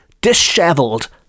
dishevelled